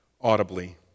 audibly